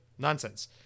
Nonsense